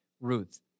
Ruth